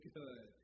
good